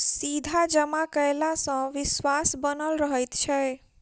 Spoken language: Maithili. सीधा जमा कयला सॅ विश्वास बनल रहैत छै